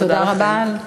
תודה לכם.